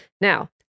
Now